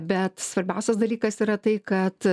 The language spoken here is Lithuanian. bet svarbiausias dalykas yra tai kad